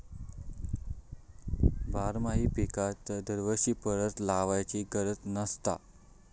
बारमाही पिकांका दरवर्षी परत लावायची गरज नसता